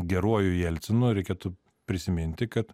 geruoju jelcinu reikėtų prisiminti kad